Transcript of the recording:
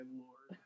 lord